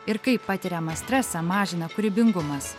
ir kaip patiriamą stresą mažina kūrybingumas